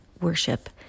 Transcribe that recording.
worship